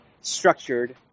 structured